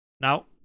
Now